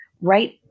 right